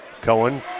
Cohen